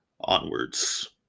onwards